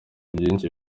byinshi